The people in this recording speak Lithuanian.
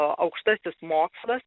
aukštasis mokslas